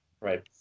Right